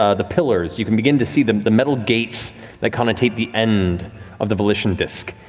ah the pillars, you can begin to see the the metal gates that connotate the end of the volition disc.